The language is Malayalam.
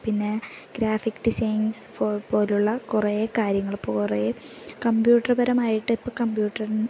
പിന്നെ ഗ്രാഫിക് ഡിസൈൻസ് പോലെയുള്ള കുറേ കാര്യങ്ങൾ ഇപ്പം കുറേ കമ്പ്യൂട്ടറുപരമായിട്ട് ഇപ്പം കമ്പ്യൂട്ടറ്